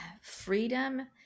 freedom